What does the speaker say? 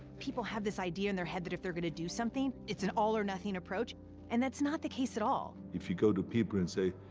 people have this idea in their head that if they're gonna do something, it's an all or nothing approach and that's not the case at all. if you go to people and say,